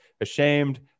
ashamed